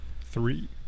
Three